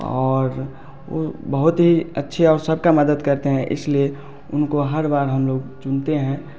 और उ बहुत ही अच्छे और सब का मदद करते हैं इसलिए उनको हर बार हम लोग चुनते हैं